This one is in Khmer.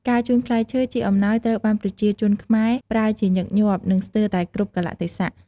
ការជូនផ្លែឈើជាអំណោយត្រូវបានប្រជាជនខ្មែរ ប្រើជាញឹកញាប់ និងស្ទើរតែគ្រប់កាលៈទេសៈ។